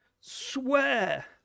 Swear